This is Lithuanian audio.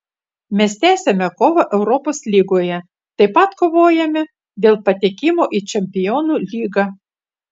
mes tęsiame kovą europos lygoje taip pat kovojame dėl patekimo į čempionų lygą